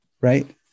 right